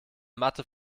matte